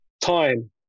time